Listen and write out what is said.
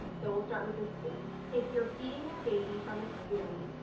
so we'll start with the spoon. if you're feeding your baby from a spoon,